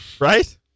right